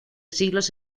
siglos